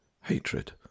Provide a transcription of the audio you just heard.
hatred